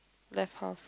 left half